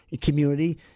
community